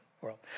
world